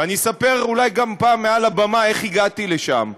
ואני אספר אולי גם פעם מעל הבמה איך הגעתי לשם: